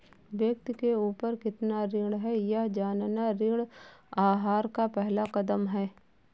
व्यक्ति के ऊपर कितना ऋण है यह जानना ऋण आहार का पहला कदम है